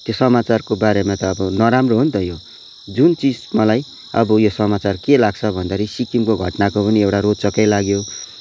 त्यो समाचारको बारेमा त अब नराम्रो हो नि त यो जुन चिज मलाई अब यो समाचार के लाग्छ भन्दाखेरि सिक्किमको घटनाको पनि एउटा रोचकै लाग्यो